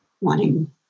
wanting